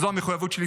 זו המחויבות שלי.